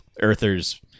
Earthers